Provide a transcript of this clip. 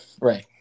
Right